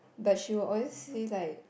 but she will always say like